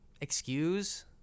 Excuse